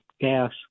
gas